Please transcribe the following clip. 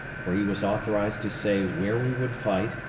for he was authorized to say where we would fight,